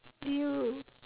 !eww!